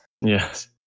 Yes